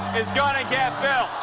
is gonna get built